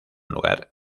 lugar